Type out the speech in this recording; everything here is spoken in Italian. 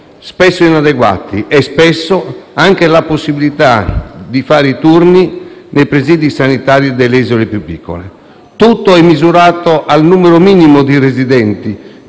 spesso inadeguati, e spesso anche la possibilità di fare i turni nei presidi sanitari delle isole più piccole. Tutto è misurato al numero minimo di residenti,